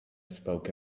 spoke